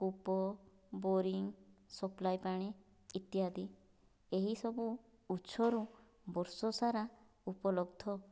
କୂପ boring supply ପାଣି ଇତ୍ୟାଦି ଏହି ସବୁ ଉତ୍ସରୁ ବର୍ଷ ସାରା ଉପଲବ୍ଧ